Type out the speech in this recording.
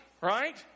right